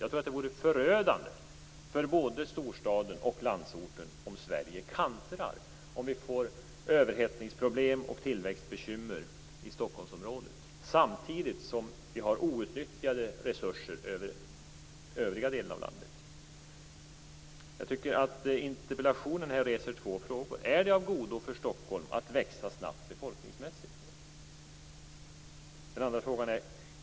Jag tror att det är förödande för både storstaden och landsorten om Sverige kantrar, om vi får överhettningsproblem och tillväxtbekymmer i Stockholmsområdet, samtidigt som vi har outnyttjade resurser i övriga delar av landet. Jag tycker att interpellationen reser två frågor: Är det av godo för Stockholm att växa snabbt befolkningsmässigt?